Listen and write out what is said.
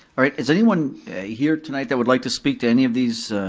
alright, is anyone here tonight that would like to speak to any of these